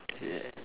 yeah